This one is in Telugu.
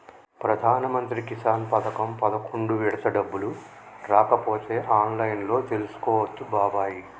ప్రధానమంత్రి కిసాన్ పథకం పదకొండు విడత డబ్బులు రాకపోతే ఆన్లైన్లో తెలుసుకోవచ్చు బాబాయి